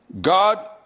God